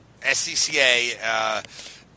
SCCA –